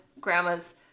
grandma's